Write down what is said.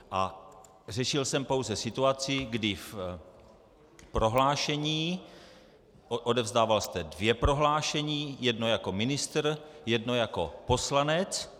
A řešil jsem pouze situaci, kdy v prohlášení odevzdával jste dvě prohlášení, jedno jako ministr, jedno jako poslanec.